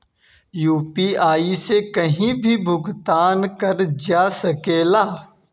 UPI से कहीं भी भुगतान कर जा सकेला?